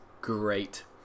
great